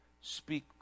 speak